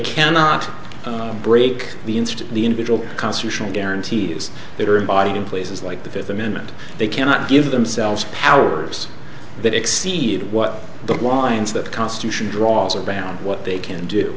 cannot break the inst the individual constitutional guarantees that are in body in places like the fifth amendment they cannot give themselves powers that exceed what the lines that constitution draws are beyond what they can do